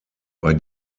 bei